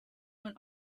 went